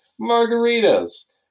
Margaritas